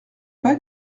pas